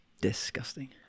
disgusting